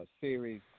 series